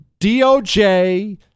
DOJ